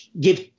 give